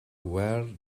where